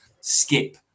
Skip